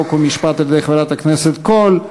חוק ומשפט על-ידי חברת הכנסת קול.